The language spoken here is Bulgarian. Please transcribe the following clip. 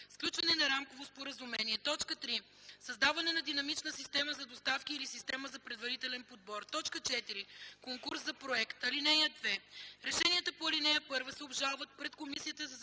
сключване на рамково споразумение; 3. създаване на динамична система за доставки или система за предварителен подбор; 4. конкурс за проект. (2) Решенията по ал. 1 се обжалват пред Комисията за защита